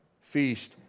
feast